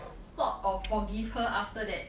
sort of forgive her after that